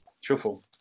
shuffle